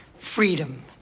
freedom